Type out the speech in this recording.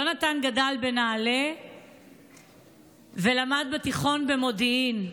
יונתן גדל בנעלה ולמד בתיכון במודיעין,